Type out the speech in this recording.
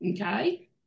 okay